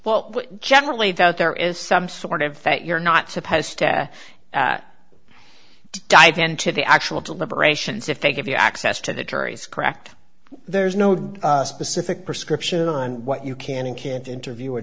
well generally that there is some sort of that you're not supposed to dive into the actual deliberations if they give you access to the juries cracked there's no doubt specific prescription on what you can and can't interview a